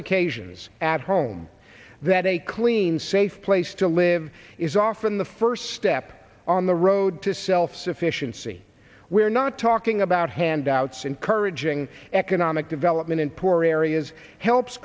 occasions at home that a clean safe place to live is often the first step on the road to self sufficiency we're not talking about handouts encouraging economic development in poor areas helps